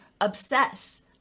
obsess